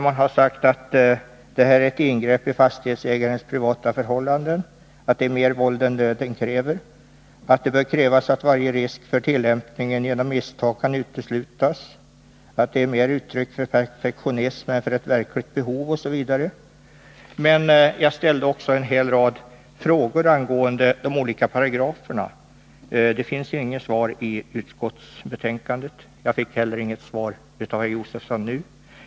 Man har sagt att det föreslagna regelsystemet om besiktning är ett ingrepp i fastighetsägarens privata förhållanden, att det är mer våld än nöden kräver, att det bör krävas att varje risk för tillämpning av misstag kan uteslutas, att det är mera ett uttryck för perfektionism än för ett verkligt behov osv. I mitt huvudanförande ställde jag också en hel del frågor angående de olika paragraferna. I utskottsbetänkandet finner man inte något svar på dessa frågor, och jag fick inte heller här något svar av Stig Josefson.